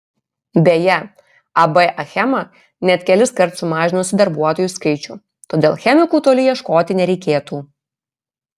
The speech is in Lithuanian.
beje ab achema net keliskart sumažinusi darbuotojų skaičių todėl chemikų toli ieškoti nereikėtų